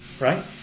right